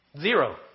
Zero